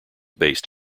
based